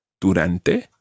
Durante